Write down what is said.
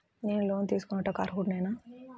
నేను లోన్ తీసుకొనుటకు అర్హుడనేన?